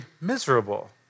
miserable